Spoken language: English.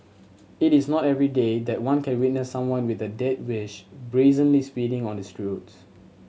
it is not everyday that one can witness someone with a death wish brazenly speeding on the roads